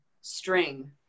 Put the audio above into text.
string